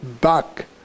back